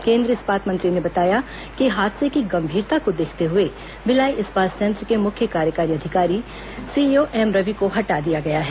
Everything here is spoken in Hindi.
केंद्रीय इस्पात मंत्री ने बताया कि हादसे की गंभीरता को देखते हुए भिलाई इस्पात संयंत्र के मुख्य कार्यकारी अधिकारी सीईओ एम रवि को हटा दिया गया है